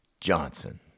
Johnson